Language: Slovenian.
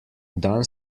dan